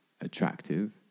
attractive